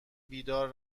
بیدار